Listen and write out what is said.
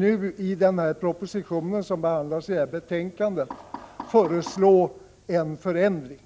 nu i den proposition som behandlas i detta betänkande föreslagit en förändring.